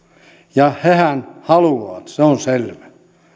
ja hehän haluavat se on selvä